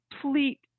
complete